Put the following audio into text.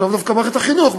לאו דווקא במערכת החינוך,